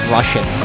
Russian